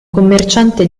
commerciante